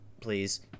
please